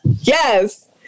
Yes